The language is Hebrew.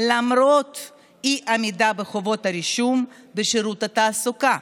למרות אי-עמידה בחובת הרישום בשירות התעסוקה.